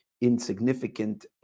insignificant